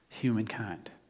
humankind